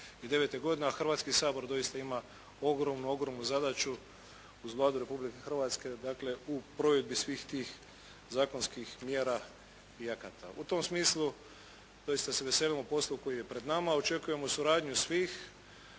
Hrvatski sabor doista ima ogromnu zadaću uz Vladu Republike Hrvatske dakle u provedbi svih tih zakonskih mjera i akata. U tom smislu doista se veselimo poslu koji je pred nama, očekujemo suradnju svih